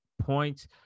points